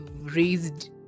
raised